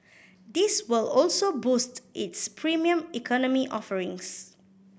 this will also boost its Premium Economy offerings